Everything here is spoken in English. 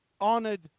honored